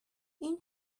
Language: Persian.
این